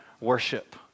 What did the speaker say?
worship